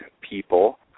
people